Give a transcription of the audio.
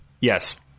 Yes